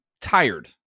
tired